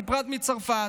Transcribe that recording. בפרט מצרפת,